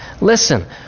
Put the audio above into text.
Listen